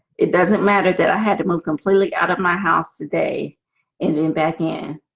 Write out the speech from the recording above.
it doesn't matter that i had to move completely out of my house today and then back in